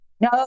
No